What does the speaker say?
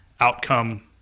outcome